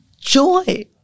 joy